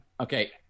okay